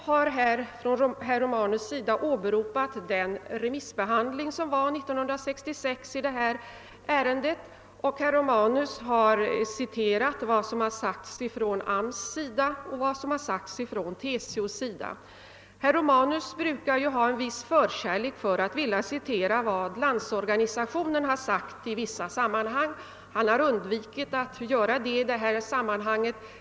Herr Romanus har åberopat remissbehandlingen av detta ärende 1966, och han har citerat vad arbetsmarknadsstyrelsen och TCO sagt. Herr Romanus brukar ha en viss förkärlek för att vilja citera vad Landsorganisationen har sagt i vissa sammanhang. Han har undvikit att göra det i detta fall.